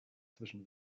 zwischen